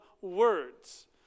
words